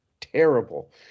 terrible